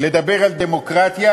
לדבר על דמוקרטיה,